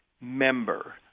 member